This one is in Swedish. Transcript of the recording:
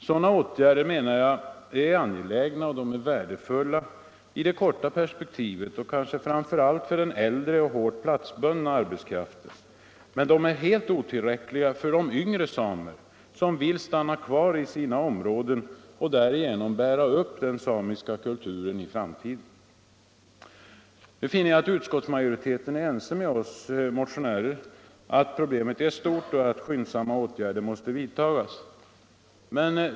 Sådana åtgärder är angelägna och värdefulla i det kortare perspektivet och kanske framför allt för den äldre och hårt platsbundna arbetskraften. Men de är helt otillräckliga för de yngre samer som vill stanna kvar i sina områden och därigenom bära upp den samiska kulturen i framtiden. Utskottsmajoriteten är ense med oss motionärer om att problemet är stort och att skyndsamma åtgärder måste vidtas.